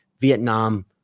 Vietnam